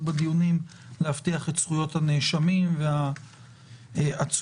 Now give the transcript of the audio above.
בדיונים להבטיח את זכויות הנאשמים והעצורים,